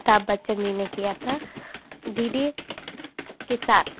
अमिताभ बच्चन जी ने किया था डी डी किसान